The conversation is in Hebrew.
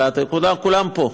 כולם פה.